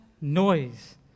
noise